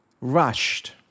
rushed